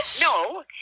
No